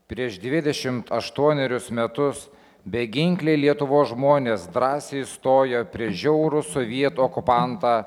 prieš dvidešimt aštuonerius metus beginkliai lietuvos žmonės drąsiai stojo prieš žiaurų sovietų okupantą